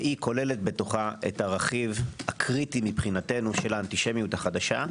והיא כוללת את הרכיב הקריטי מבחינתנו של האנטישמיות החדשה.